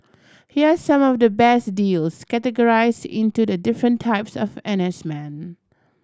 here are some of the best deals categorised into the different types of N S men